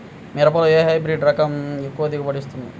మిరపలో ఏ హైబ్రిడ్ రకం ఎక్కువ దిగుబడిని ఇస్తుంది?